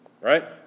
right